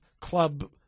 club